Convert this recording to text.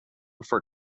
for